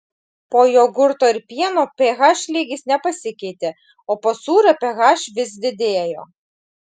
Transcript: po jogurto ir pieno ph lygis nepasikeitė o po sūrio ph vis didėjo